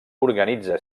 organitza